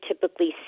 typically